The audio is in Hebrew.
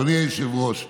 אדוני היושב-ראש,